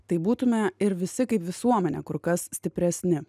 tai būtume ir visi kaip visuomenė kur kas stipresni